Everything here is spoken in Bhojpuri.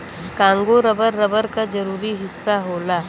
कांगो रबर, रबर क जरूरी हिस्सा होला